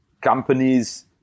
companies